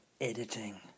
Editing